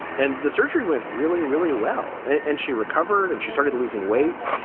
and the surgery went really, really well. and she recovered and she started losing weight.